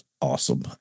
awesome